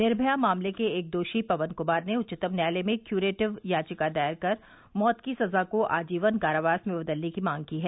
निर्मया मामले के एक दोषी पवन कुमार ने उच्चतम न्यायालय में क्युरेटिव याचिका दायर कर मौत की सजा को आजीवन कारावास में बदलने की मांग की है